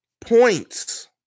points